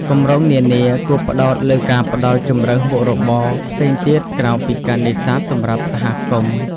គម្រោងនានាគួរផ្តោតលើការផ្តល់ ជម្រើសមុខរបរ ផ្សេងទៀតក្រៅពីការនេសាទសម្រាប់សហគមន៍។